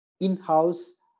in-house